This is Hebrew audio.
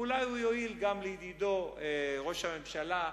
ואולי הוא יועיל גם לידידו ראש הממשלה,